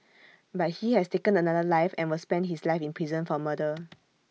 but he has taken another life and will spend his life in prison for murder